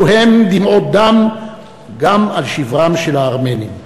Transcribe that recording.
הם דמעות דם גם על שברם של הארמנים.